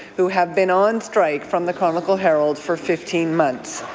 who have been on strike from the chronicle herald for fifteen months.